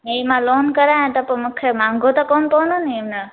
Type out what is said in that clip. पहिरीं मां लोन करायां त मूंखे महांगो त कोन्ह पवंदो न इ न